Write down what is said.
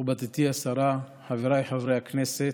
מכובדתי השרה, חבריי חברי הכנסת,